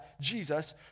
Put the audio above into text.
Jesus